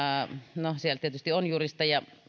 no siellä tietysti on juristeja